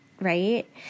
Right